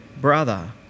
brother